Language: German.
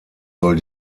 soll